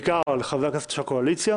בעיקר לחברי הכנסת של הקואליציה,